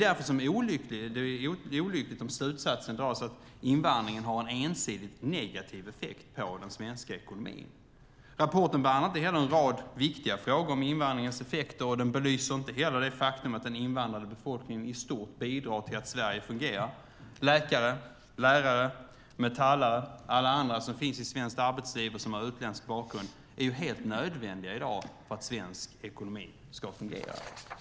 Därför är det olyckligt om slutsatsen dras att invandringen har en ensidigt negativ effekt på den svenska ekonomin. Rapporten behandlar inte heller en rad viktiga frågor om invandringens effekter, och den belyser inte heller det faktum att den invandrade befolkningen i stort bidrar till att Sverige fungerar. Läkare, lärare, metallare och alla andra som finns i svenskt arbetsliv och som har utländsk bakgrund är ju helt nödvändiga i dag för att svensk ekonomi ska fungera.